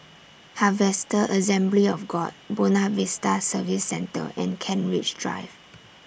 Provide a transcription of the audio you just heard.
Harvester Assembly of God Buona Vista Service Centre and Kent Ridge Drive